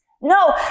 No